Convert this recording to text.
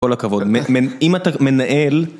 כל הכבוד, אם אתה מנהל